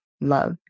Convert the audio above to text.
love